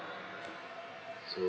so